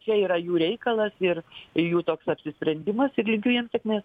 čia yra jų reikalas ir jų toks apsisprendimas ir linkiu jiem sėkmės